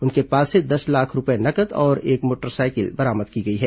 उनके पास से दस लाख रूपये नगद और एक मोटरसाइकिल बरामद की गई है